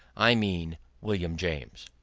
i mean william james.